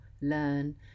learn